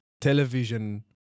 television